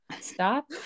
Stop